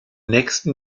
nächsten